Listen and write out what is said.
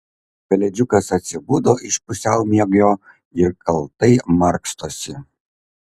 pelėdžiukas atsibudo iš pusiaumiegio ir kaltai markstosi